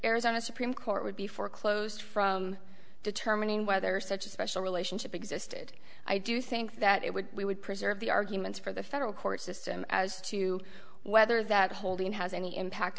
arizona supreme court would be foreclosed from determining whether such a special relationship existed i do think that it would we would preserve the arguments for the federal court system as to whether that holding has any impact